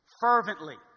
fervently